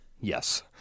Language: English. Yes